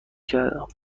کردم